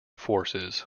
forces